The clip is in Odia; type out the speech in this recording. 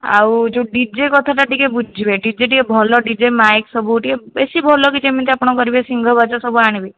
ଆଉ ଯେଉଁ ଡିଜେ କଥାଟା ଟିକିଏ ବୁଝିବେ ଡିଜେ ଟିକିଏ ଭଲ ଡିଜେ ମାଇକ୍ ସବୁ ଟିକିଏ ବେଶି ଭଲ ଯେମିତି କି କରିବେ ଶିଙ୍ଘ ବାଜା ସବୁ ଆଣିବେ